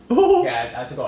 !woohoo!